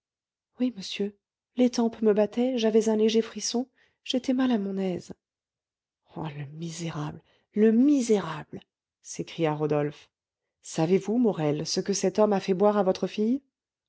oui monsieur les tempes me battaient j'avais un léger frisson j'étais mal à mon aise oh le misérable le misérable s'écria rodolphe savez-vous morel ce que cet homme a fait boire à votre fille